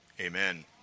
Amen